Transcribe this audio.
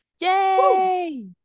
Yay